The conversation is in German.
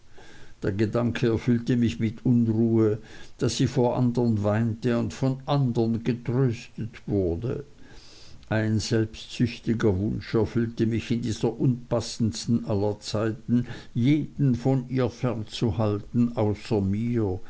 der gedanke erfüllte mich mit unruhe daß sie vor andern weinte und von andern getröstet wurde ein selbstsüchtiger wunsch erfüllte mich in dieser unpassendsten aller zeiten jeden von ihr fern zu halten außer mich